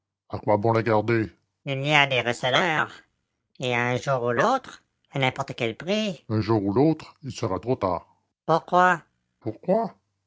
bon la garder il y a des recéleurs et un jour ou l'autre à n'importe quel prix un jour ou l'autre il sera trop tard pourquoi pourquoi